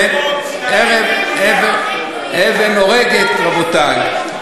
כן, אבן הורגת, רבותי.